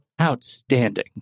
Outstanding